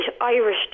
Irish